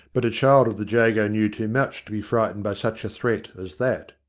but a child of the jago knew too much to be frightened by such a threat as that.